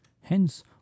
Hence